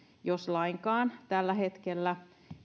jos lainkaan tällä hetkellä